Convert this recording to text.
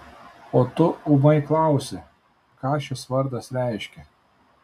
o tu ūmai klausi ką šis vardas reiškia